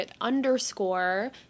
underscore